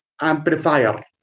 amplifier